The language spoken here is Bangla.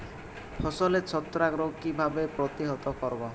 ফসলের ছত্রাক রোগ কিভাবে প্রতিহত করব?